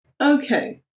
Okay